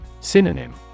Synonym